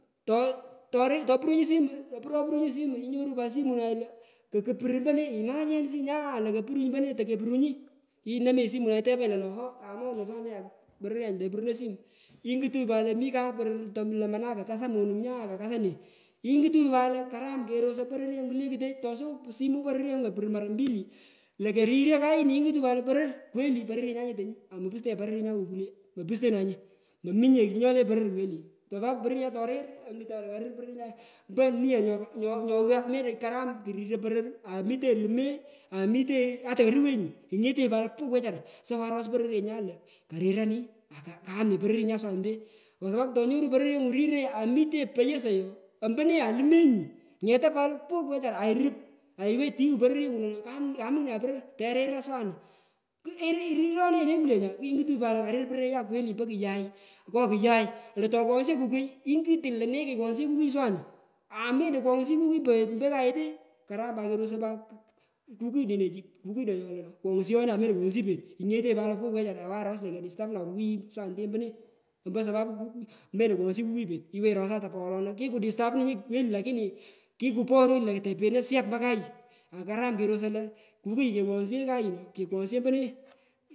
To tori topurunyi simu topuropurunyi simu inyorunyi pat simunai lo kokupuru mpone imogensi nya nto kompone tokepurunyi itepanyi lono ooh kamone swanete nya pororyenyu topuruno simu ingutunyi pat lo karam kakaso monung nyo ndo kakasa ne ingutunyi pat lo karam kerosoi pororyengu kulekutech tosowungi simu poroyengu kopuru mara mbili lo koriryo kayini ingutanyi pat poror kweli pororyenyan nyetenyu pustenyi pororyenyanwo kule imopudtenanye imommye kugh nyole poror kweli sapapu poror ye torir onguton lo karam kuriroi poror amitenyi lume amitenyi ata iruwenyi inyetenyi pat lo puuh wechara se waros poropyenyan li karira ne akam ne pororyenyan swanete poyosoi ikwa sapapu tonyoranyi pororyengu riroi amitenyi poyosoi ompone alumenyii ngeta pat lo puk wechara airup ayiwenyi itiwu pororyengu lorio kam kamune aa poror terira swanu ku irironenyi ne kule nyai ingutunyi pat lo karir pororyenyaa kweli mpo kuyai ngo kuyai tokwaghsho kukui ingutu lo nenyu kekwoghsheo kukuyu swanu amento kwoghshiyi kukuyu poghet mpo kayete karam pat kerosoi lo kukudinechi kukudonyo lokwoghsheo ne ameto kwoghshiyi pet ngetenyi pat la puk wechara nyowanros lo kedistapuno kukuyi ompone kwa sapu nulokwoghshi kukuyu pet iwenyi wolona kikudistapanyi lakini kukuporunyi lo topeno shap mpokayu akarana kerosoi lo kukuyu kekwoghsheo kayu kekwoghsho mpone.